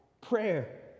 prayer